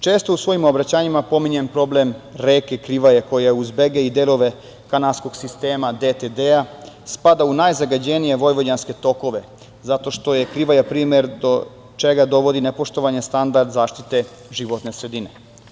Često u svojim obraćanjima pominjem problem reke Krivaje, koja uz Begej i delove kanalskog sistema DTD spada u najzagađenije vojvođanske tokove, zato što je Krivaja primer do čega vodi nepoštovanje standarda zaštite životne sredine.